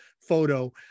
photo